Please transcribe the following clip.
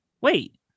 Wait